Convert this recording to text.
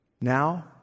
Now